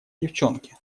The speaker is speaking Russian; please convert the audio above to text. девчонки